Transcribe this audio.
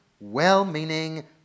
well-meaning